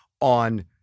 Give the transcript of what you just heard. on